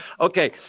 Okay